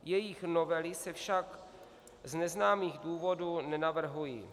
Jejich novely se však z neznámých důvodů nenavrhují.